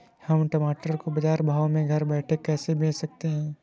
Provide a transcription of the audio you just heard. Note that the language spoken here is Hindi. हम टमाटर को बाजार भाव में घर बैठे कैसे बेच सकते हैं?